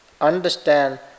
understand